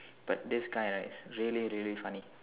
but this guy right is really really funny